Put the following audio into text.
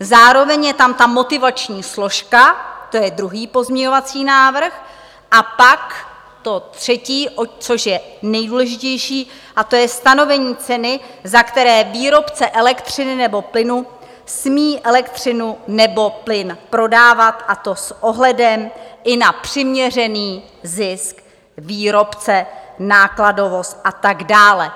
Zároveň je tam ta motivační složka, to je druhý pozměňovací návrh, a pak to třetí, což je nejdůležitější, a to je stanovení ceny, za kterou výrobce elektřiny nebo plynu smí elektřinu nebo plyn prodávat, a to s ohledem i na přiměřený zisk výrobce, nákladovost a tak dále.